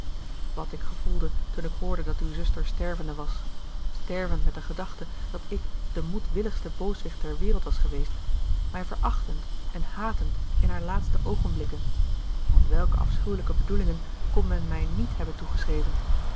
wat ik gevoelde toen ik hoorde dat uwe zuster stervende was stervend met de gedachte dat ik de moedwilligste booswicht ter wereld was geweest mij verachtend en hatend in haar laatste oogenblikken want welke afschuwelijke bedoelingen kon men mij niet hebben